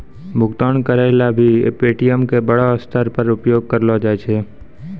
भुगतान करय ल भी पे.टी.एम का बड़ा स्तर पर उपयोग करलो जाय छै